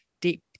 deep